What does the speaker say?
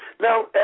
Now